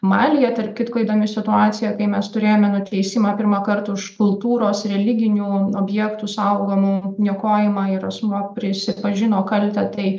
malyje tarp kitko įdomi situacija kai mes turėjome nuteisimą pirmąkart už kultūros religinių objektų saugomų niokojimą ir asmuo prisipažino kaltę tai